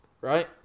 Right